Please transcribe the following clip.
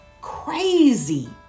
crazy